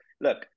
Look